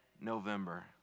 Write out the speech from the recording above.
November